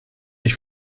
ich